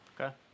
Okay